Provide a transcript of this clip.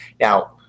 Now